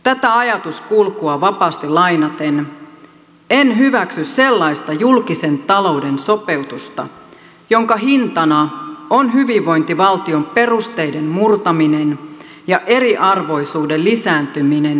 tätä ajatuskulkua vapaasti lainaten en hyväksy sellaista julkisen talouden sopeutusta jonka hintana on hyvinvointivaltion perusteiden murtaminen ja eriarvoisuuden lisääntyminen yhteiskunnassamme